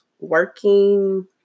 working